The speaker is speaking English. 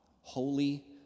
holy